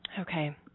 Okay